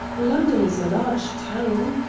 london is a large town.